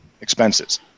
expenses